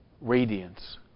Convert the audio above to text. radiance